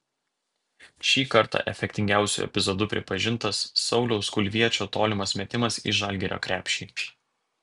šį kartą efektingiausiu epizodu pripažintas sauliaus kulviečio tolimas metimas į žalgirio krepšį